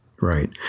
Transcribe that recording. Right